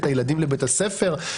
את הילדים לבית הספר?